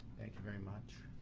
thank you very much.